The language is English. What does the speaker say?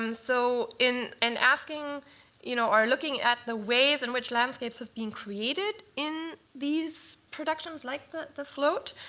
um so in and asking you know or looking at the ways in which landscapes have been created in these productions like the the float.